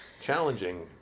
challenging